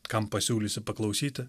kam pasiūlysi paklausyti